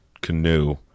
canoe